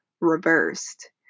reversed